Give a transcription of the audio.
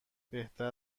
بهتر